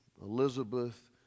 Elizabeth